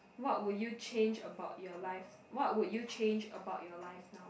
what would you change about your life what would you change about your life now